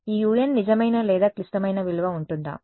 ఈ un నిజమైన లేదా క్లిష్టమైన విలువ ఉంటుందా